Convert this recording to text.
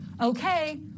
Okay